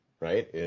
right